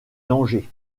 danger